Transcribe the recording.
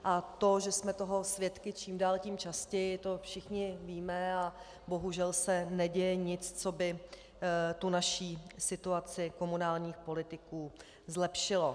A to, že jsme toho svědky čím dál tím častěji, to všichni víme a bohužel se neděje nic, co by tu naši situaci komunálních politiků zlepšilo.